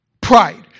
pride